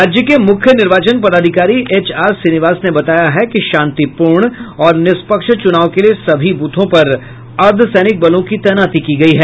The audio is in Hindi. राज्य के मुख्य निर्वाचन पदाधिकारी एचआर श्रीनिवास ने बताया है कि शांतिपूर्ण और निष्पक्ष चुनाव के लिए सभी ब्रथों पर अर्द्वसैनिक बलों की तैनाती की गयी है